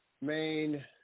main